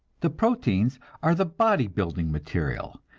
the proteins are the body-building material,